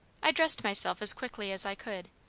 i dressed myself as quickly as i could,